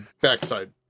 backside